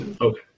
okay